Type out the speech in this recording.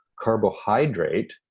carbohydrate